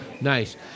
Nice